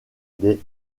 des